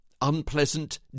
unpleasant